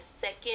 second